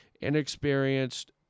inexperienced